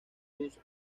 cruz